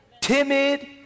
timid